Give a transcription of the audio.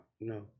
No